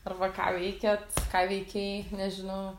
arba ką veikiat ką veikei nežinau kaip